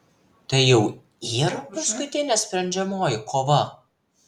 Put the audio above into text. tai jau yr paskutinė sprendžiamoji kova